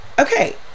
okay